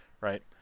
right